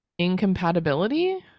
incompatibility